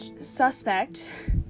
suspect